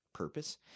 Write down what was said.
purpose